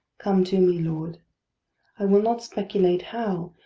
come to me, lord i will not speculate how,